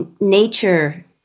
nature